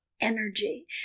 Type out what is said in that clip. energy